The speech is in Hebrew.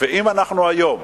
אם היום,